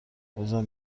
بازم